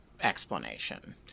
explanation